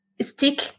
stick